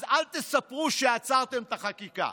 אז אל תספרו שעצרתם את החקיקה.